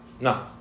No